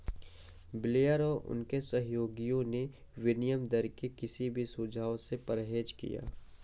Blair और उनके सहयोगियों ने विनिमय दर के किसी भी सुझाव से परहेज किया